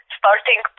starting